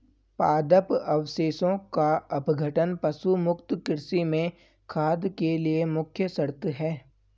पादप अवशेषों का अपघटन पशु मुक्त कृषि में खाद के लिए मुख्य शर्त है